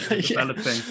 developing